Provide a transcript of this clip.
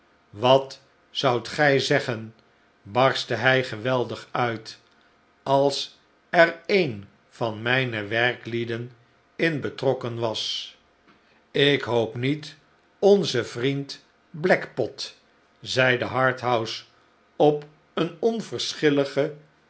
wat zoudt gij zeggen barstte hij geweldig uit als er een van mijne werklieden in betrokken was ik hoop niet onze vriend blackpot zeide harthouse op een onverschilligen